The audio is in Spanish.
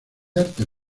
artes